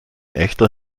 echter